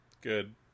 Good